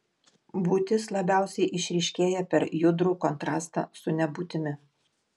būtis labiausiai išryškėja per judrų kontrastą su nebūtimi